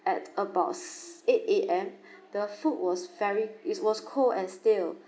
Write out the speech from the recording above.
at about s~ eight A_M the food was very it's was cold and stale